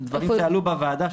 דברים שעלו בוועדה,